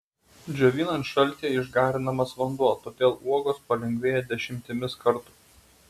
džiovinant šaltyje išgarinamas vanduo todėl uogos palengvėja dešimtimis kartų